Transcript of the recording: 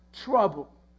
trouble